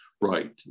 Right